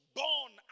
born